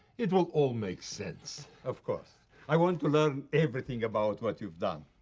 it will all make sense. of course. i want to learn everything about what you've done.